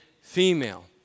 female